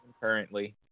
currently